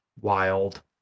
wild